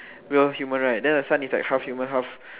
real human right than the son is like half human half